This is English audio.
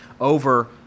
over